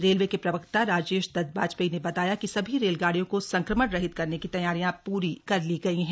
railway के प्रवक्ता राजेश दत्त बाजपेयी ने बताया है कि सभी रेलगाड़ियों को संक्रमण रहित करने की तैयारियां पूरी कर ली गई है